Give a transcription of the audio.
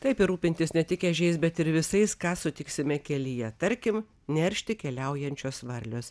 taip ir rūpintis ne tik ežiais bet ir visais ką sutiksime kelyje tarkim neršti keliaujančios varlios